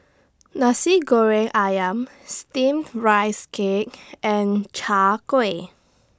Nasi Goreng Ayam Steamed Rice Cake and Chai Kuih